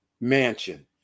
mansion